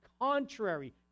Contrary